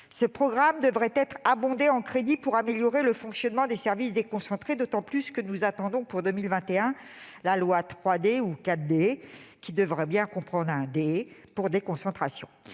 Ce programme devrait être abondé en crédits pour améliorer le fonctionnement des services déconcentrés, d'autant plus que nous attendons pour 2021 la loi « 3D » ou « 4D », avec dans son titre au moins un « D » pour « déconcentration